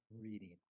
reading